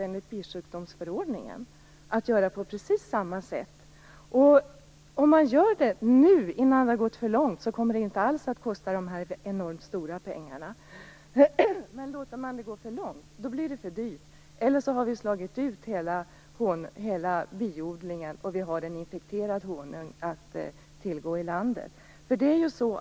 Enligt bisjukdomsförordningen är det möjligt att göra på precis samma sätt. Om man gör det innan det gått för långt, kommer det inte alls att kosta så enormt stora pengar som det här är fråga om. Låter man det gå för långt däremot, blir det för dyrt eller också slås hela biodlingen ut. Därmed har vi infekterad honung att tillgå i landet.